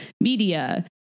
media